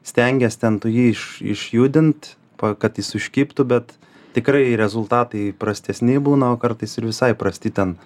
stengies ten tu jį iš išjudint pa kad jis užkibtų bet tikrai rezultatai prastesni būna o kartais ir visai prasti ten